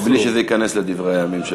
בלי שזה ייכנס לדברי הימים של